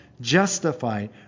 justified